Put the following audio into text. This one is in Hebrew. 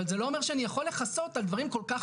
אבל זה לא אומר שאני יכול לכסות על דברים כל כך